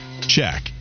check